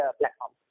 platform